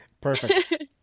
perfect